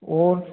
और